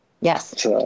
Yes